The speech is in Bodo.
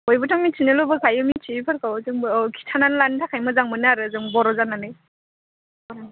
बयबोथ' मिनथिनो लुबैखायो मिथियैफोरखौ जोंबो औ खिथानानै लानो थाखाय मोजां मोनो आरो जों बर' जानानै